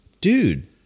Dude